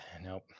nope